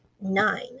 nine